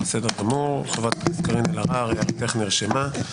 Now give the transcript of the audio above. חברת הכנסת קארין אלהרר, הערתך נרשמה.